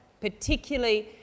particularly